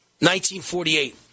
1948